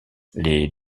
les